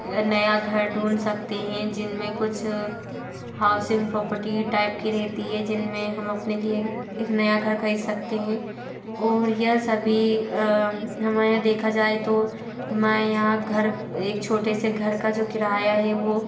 अगर नया घर ढूंढ सकते हैं जिनमें कुछ हाउसिंग प्रॉपर्टी टाइप की रहती है जिनमें हम अपने लिए एक नया घर ख़रीद सकते हैं और यह सभी हमारे यहाँ देखा जाए तो हमारे यहाँ घर एक छोटे से घर का जो किराया है वह